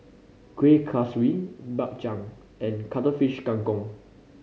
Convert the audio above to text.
Kuih Kaswi Bak Chang and Cuttlefish Kang Kong